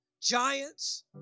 Giants